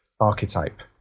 archetype